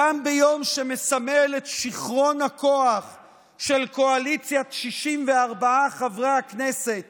גם ביום שמסמל את שיכרון הכוח של קואליציית 64 חברי הכנסת